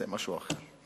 זה משהו אחר.